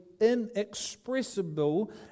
inexpressible